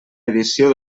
edició